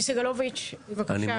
סגלוביץ', בבקשה.